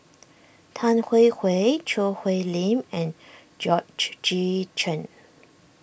Tan Hwee Hwee Choo Hwee Lim and Georgette Chen